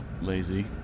Lazy